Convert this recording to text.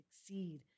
succeed